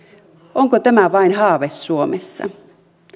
onko tämä vain haave suomessa